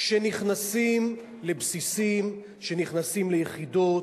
שנכנסים לבסיסים, שנכנסים ליחידות,